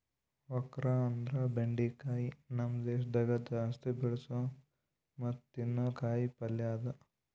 okra ಅಂದುರ್ ಬೆಂಡಿಕಾಯಿ ನಮ್ ದೇಶದಾಗ್ ಜಾಸ್ತಿ ಬೆಳಸೋ ಮತ್ತ ತಿನ್ನೋ ಕಾಯಿ ಪಲ್ಯ ಅದಾ